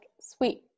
sweet